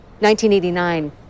1989